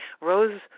Rose